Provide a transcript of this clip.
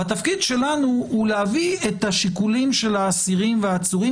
התפקיד שלנו הוא להביא את השיקולים של האסירים והעצורים